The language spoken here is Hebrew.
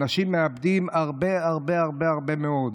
אנשים מאבדים הרבה הרבה, הרבה מאוד.